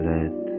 Let